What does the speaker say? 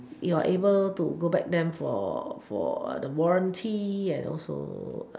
you're able to go back them for for the warranty and also